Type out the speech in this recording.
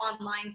online